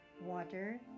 Water